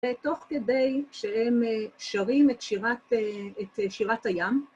ותוך כדי שהם שרים את שירת הים